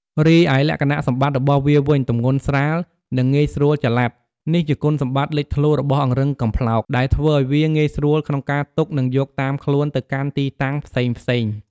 រីឯលក្ខណៈសម្បត្តិរបស់វាវិញ ទម្ងន់ស្រាល និងងាយស្រួលចល័ត នេះជាគុណសម្បត្តិលេចធ្លោរបស់អង្រឹងកំប្លោក ដែលធ្វើឲ្យវាងាយស្រួលក្នុងការទុក និងយកតាមខ្លួនទៅកាន់ទីតាំងផ្សេងៗ។